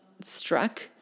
struck